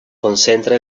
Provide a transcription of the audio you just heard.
concentra